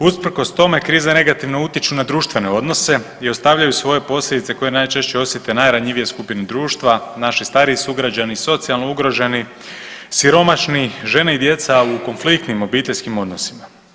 Usprkos tome krize negativno utječu na društvene odnose i ostavljaju svoje posljedice koje najčešće osjete najranjivije skupine društva, naši stariji sugrađani, socijalno ugroženi, siromašni, žene i djeca u konfliktnim obiteljskim odnosima.